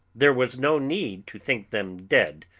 there was no need to think them dead,